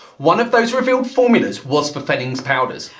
one of those revealed formulas was for fennings' powders.